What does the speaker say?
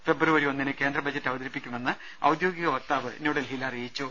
ഫെബ്രുവരി ഒന്നിന് കേന്ദ്ര ബജറ്റ് അവതരിപ്പിക്കുമെന്ന് ഔദ്യോഗിക വക്താവ് ന്യൂഡൽഹിയിൽ അറിയിച്ചു